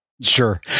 Sure